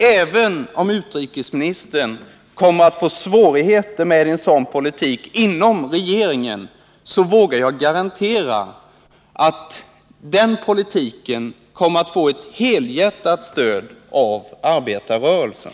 Även om utrikesministern kan få svårigheter inom regeringen med genomförandet av en sådan politik vågar jag garantera att den politiken kommer att få ett helhjärtat stöd av arbetarrörelsen.